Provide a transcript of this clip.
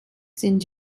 sind